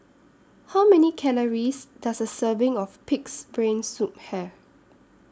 How Many Calories Does A Serving of Pig'S Brain Soup Have